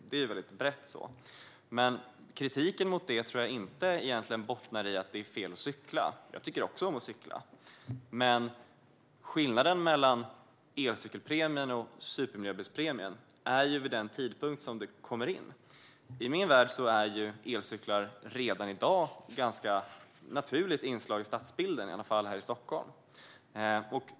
Det är väldigt brett. Men kritiken tror jag inte bottnar i att det skulle vara fel att cykla. Jag tycker också om att cykla. Skillnaden mellan elcykelpremien och supermiljöbilspremien är vid vilken tidpunkt premien kommit in. I min värld är elcyklar redan i dag ett ganska naturligt inslag i stadsbilden, i alla fall här i Stockholm.